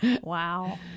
Wow